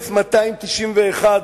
1291,